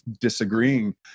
disagreeing